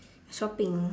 shopping